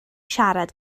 siarad